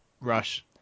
Rush